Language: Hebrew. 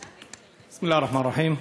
בסם אללה א-רחמאן א-רחים.